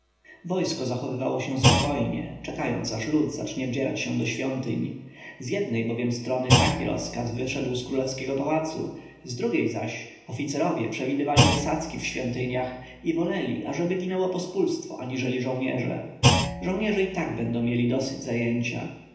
wojsko zachowywało się spokojnie czekając aż lud zacznie wdzierać się do świątyń z jednej bowiem strony taki rozkaz wyszedł z królewskiego pałacu z drugiej zaś oficerowie przewidywali zasadzki w świątyniach i woleli ażeby ginęło pospólstwo aniżeli żołnierze żołnierze i tak będą mieli dosyć zajęcia